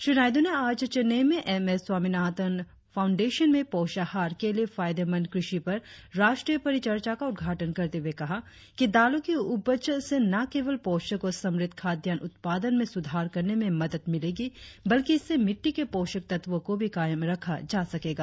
श्री नायडू ने आज चेन्नई में एम एस स्वामीनाथन फाउंडेशन में पोषाहार के लिये फायदेमंद कृषि पर राष्ट्रीय परिचर्चा का उद्घाटन करते हुए कहा कि दालों की उपज से न केवल पोषक और समृद्ध खाद्यान्न उत्पादन में सुधार करने में मदद मिलेगी बल्कि इससे मिटटी के पोषक तत्वों को भी कायम रखा जा सकेगा